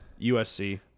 USC